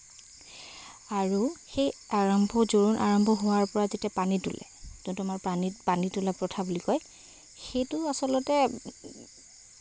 আৰু সেই আৰম্ভ জোৰোণ আৰম্ভ হোৱাৰ পৰা যেতিয়া পানী তুলে যোনটো আমাৰ পানী পানী তুলা প্ৰথা বুলি কয় সেইটো আচলতে